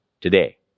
today